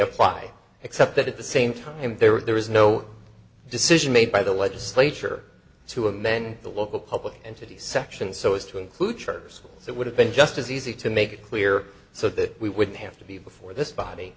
apply except that at the same time there were there was no decision made by the legislature to amend the local public entity section so as to include church schools that would have been just as easy to make it clear so that we wouldn't have to be before this body